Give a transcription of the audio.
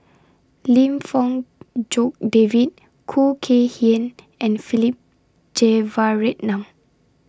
Lim Fong Jock David Khoo Kay Hian and Philip Jeyaretnam